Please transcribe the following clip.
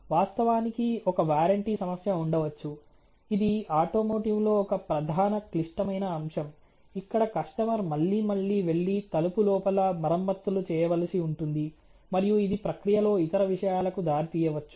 వాస్తవానికి ఒక వారంటీ సమస్య ఉండవచ్చు ఇది ఆటోమోటివ్లో ఒక ప్రధాన క్లిష్టమైన అంశం ఇక్కడ కస్టమర్ మళ్లీ మళ్లీ వెళ్లి తలుపు లోపల మరమ్మతులు చేయవలసి ఉంటుంది మరియు ఇది ప్రక్రియలో ఇతర విషయాలకు దారితీయవచ్చు